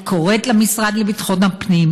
אני קוראת למשרד לביטחון הפנים,